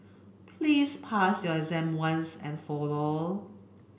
please pass your exam once and for all